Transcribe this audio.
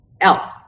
else